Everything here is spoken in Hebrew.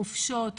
חופשות,